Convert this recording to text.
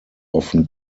often